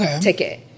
ticket